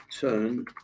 turn